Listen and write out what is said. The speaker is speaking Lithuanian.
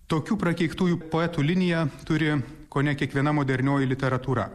tokių prakeiktųjų poetų liniją turi kone kiekviena modernioji literatūra